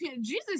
Jesus